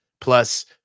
plus